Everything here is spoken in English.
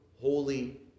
holy